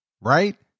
right